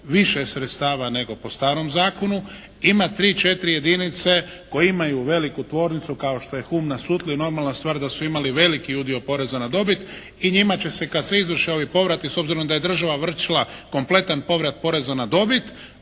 više sredstava nego po starom zakonu. Ima tri-četiri jedinice koje imaju veliku tvornicu kao što je Hum na Sutli i normalna stvar da su imali veliki udio poreza na dobit i njima će se kada se izvrše ovi povrati s obzirom da je država vršila kompletan povrat poreza na dobit,